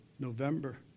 November